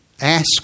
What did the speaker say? ask